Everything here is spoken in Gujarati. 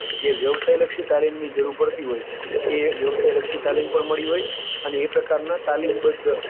જે વ્યવસાય લક્ષી તાલીમની જરૂર પડતી હોય એ વ્યવસાયલક્ષી તાલીમ પણ મળી હોય અને એ પ્રકારના તાલીમબદ્ધ